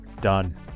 done